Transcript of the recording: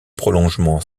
prolongement